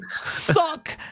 suck